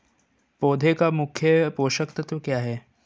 पौधे का मुख्य पोषक तत्व क्या हैं?